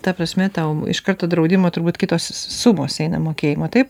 ta prasme tau iš karto draudimo turbūt kitos sumos eina mokėjimo taip